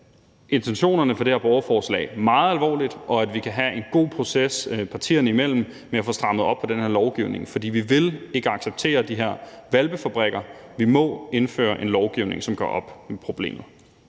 intentionerne i det her borgerforslag meget alvorligt, og at vi kan have en god proces partierne imellem med at få strammet op på den her lovgivning, for vi vil ikke acceptere de her hvalpefabrikker. Vi må indføre en lovgivning, som gør op med problemet.